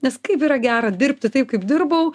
nes kaip yra gera dirbti taip kaip dirbau